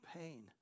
pain